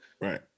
right